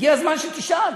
הגיע הזמן שתשאל.